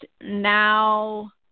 now